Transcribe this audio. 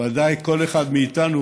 ודאי כל אחד מאיתנו,